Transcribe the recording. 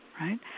right